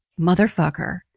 Motherfucker